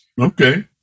Okay